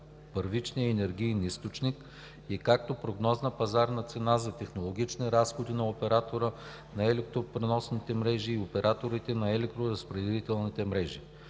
първичния енергиен източник, както и прогнозна пазарна цена за технологични разходи на оператора на електропреносната мрежа и операторите на електроразпределителните мрежи.